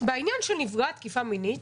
בעניין של נפגעת תקיפה מינית,